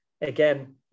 again